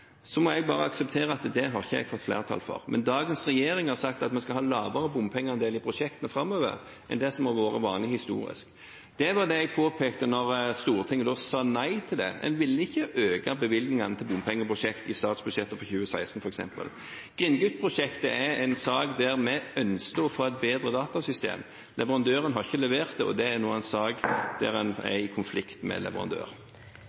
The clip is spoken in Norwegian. må bare akseptere at det har ikke jeg fått flertall for. Men dagens regjering har sagt at vi skal ha en lavere bompengeandel i prosjektene framover enn det som har vært vanlig historisk. Det var det jeg påpekte da Stortinget sa nei til det. En ville ikke øke bevilgningene til bompengeprosjekter i statsbudsjettet for 2016, f.eks. Grindgut-prosjektet er en sak der vi ønsket å få et bedre datasystem. Leverandøren har ikke levert det, og det er nå en sak der en er i konflikt med leverandør.